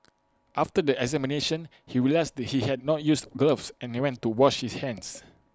after the examination he realised he had not used gloves and went to wash his hands